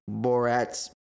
Borat's